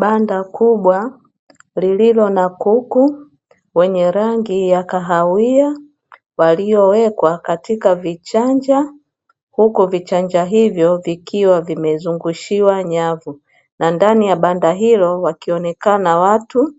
Banda kubwa lililo na kuku wenye rangi ya kahawia, waliowekwa katika vichanja huku vichanja hivyo vikiwa vimezungushiwa nyavu. Na ndani ya banda hilo wakionekana watu